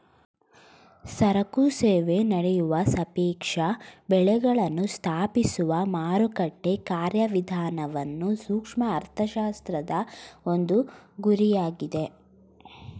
ಸರಕು ಸೇವೆ ನಡೆಯುವ ಸಾಪೇಕ್ಷ ಬೆಳೆಗಳನ್ನು ಸ್ಥಾಪಿಸುವ ಮಾರುಕಟ್ಟೆ ಕಾರ್ಯವಿಧಾನವನ್ನು ಸೂಕ್ಷ್ಮ ಅರ್ಥಶಾಸ್ತ್ರದ ಒಂದು ಗುರಿಯಾಗಿದೆ